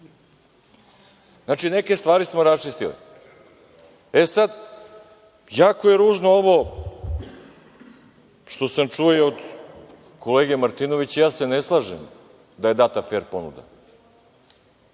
neke stvari smo raščistili.E sada, jako je ružno ovo što sam čuo i od kolege Martinovića, ja se ne slažem da je data fer ponuda.